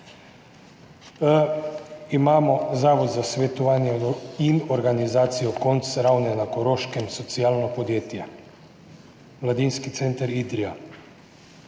Zavod za svetovanje in organizacijo KONC Ravne na Koroškem, socialno podjetje, Mladinski center Idrija,